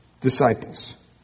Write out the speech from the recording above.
disciples